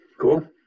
cool